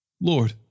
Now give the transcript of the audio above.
Lord